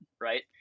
right